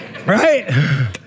Right